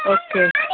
okay